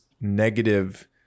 negative